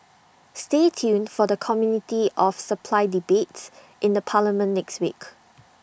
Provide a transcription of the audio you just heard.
stay tuned for the committee of supply debates in the parliament next week